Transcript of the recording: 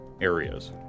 areas